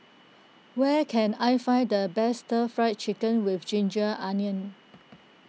where can I find the best Stir Fry Chicken with Ginger Onions